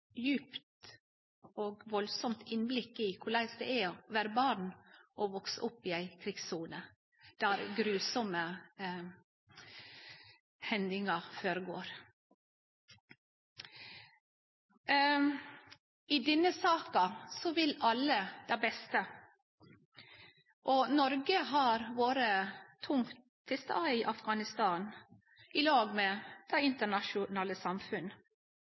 djupt og sterkt innblikk i korleis det er å vere barn og vekse opp i ei krigssone der grufulle hendingar føregår. I denne saka vil alle det beste, og Noreg har vore tungt til stades i Afghanistan i lag med det internasjonale